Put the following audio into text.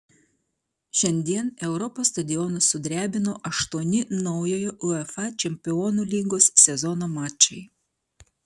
šiandien europos stadionus sudrebino aštuoni naujojo uefa čempionų lygos sezono mačai